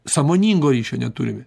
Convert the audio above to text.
sąmoningo ryšio neturime